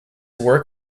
work